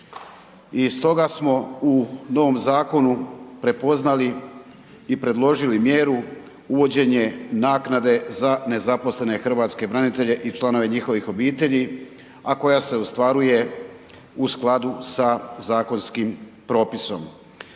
I stoga smo u novom zakonu prepoznali i predložili mjeru uvođenje naknade za nezaposlene hrvatske branitelje i članove njihovih obitelji a koja se usklađuje u skladu sa zakonskim propisom.